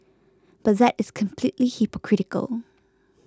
but that is completely hypocritical